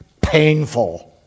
Painful